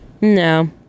No